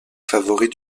favoris